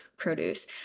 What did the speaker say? produce